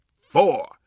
four